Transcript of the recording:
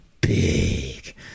big